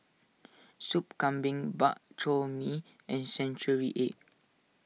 Soup Kambing Bak Chor Mee and Century Egg